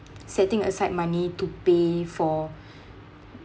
setting aside money to pay for